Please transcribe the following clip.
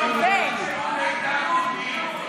למה לא ועדת סמים?